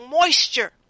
moisture